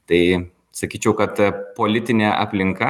tai sakyčiau kad politinė aplinka